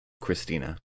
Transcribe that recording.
Christina